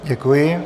Děkuji.